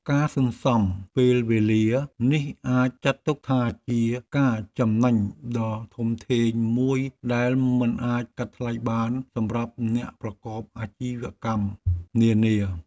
ការសន្សំពេលវេលានេះអាចចាត់ទុកថាជាការចំណេញដ៏ធំធេងមួយដែលមិនអាចកាត់ថ្លៃបានសម្រាប់អ្នកប្រកបអាជីវកម្មនានា។